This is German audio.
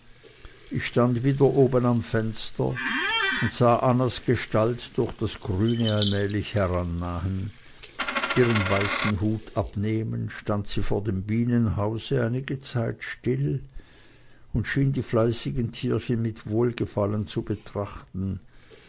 ich stand wieder oben am fenster und sah annas gestalt durch das grüne allmählich herannahen ihren weißen hut abnehmend stand sie vor dem bienenhause einige zeit still und schien die fleißigen tierchen mit wohlgefallen zu betrachten